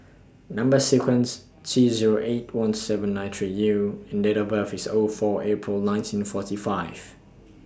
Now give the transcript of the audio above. Number sequence T Zero eight one seven nine three U and Date of birth IS O four April nineteen forty five